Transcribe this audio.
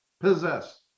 possess